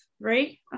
three